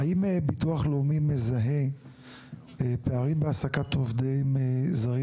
האם ביטוח לאומי מזהה פערים בהעסקת עובדים זרים